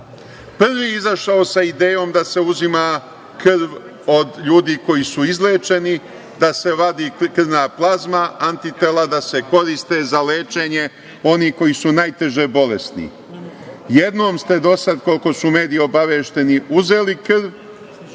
prvi izašao sa idejom da se uzima krv od ljudi koji su izlečeni, da se vadi krvna plazma, antitela da se koriste za lečenje onih koji su najteže bolesni. Jednom ste do sada, koliko su mediji obavešteni, uzeli krv,